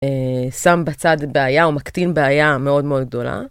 שם בצד בעיה או מקטין בעיה מאוד מאוד גדולה.